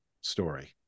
story